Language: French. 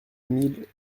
mille